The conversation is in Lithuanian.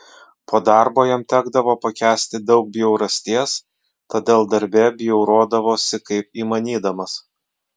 po darbo jam tekdavo pakęsti daug bjaurasties todėl darbe bjaurodavosi kaip įmanydamas